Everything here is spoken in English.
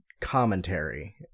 commentary